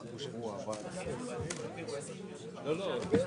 אני שואל, בסעיף 4 -- למה לא מצביעים?